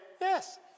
Yes